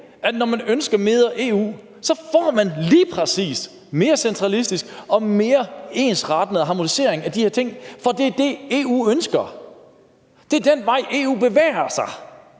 man, når man ønsker mere EU, lige præcis får en mere centralistisk og mere ensrettende harmonisering af de her ting. For det er det, som EU ønsker, det er den vej, EU bevæger sig